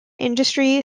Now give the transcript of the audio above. industry